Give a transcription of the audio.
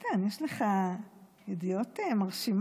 איתן, יש לך ידיעות מרשימות.